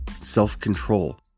self-control